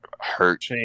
hurt